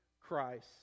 Christ